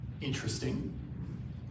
Interesting